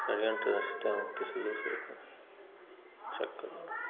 षड्यंत्र रचते हैं किसी दूसरे के चक्कर में